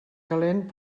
calent